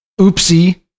oopsie